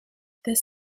this